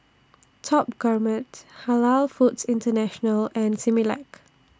Top Gourmet's Halal Foods International and Similac